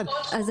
נכון.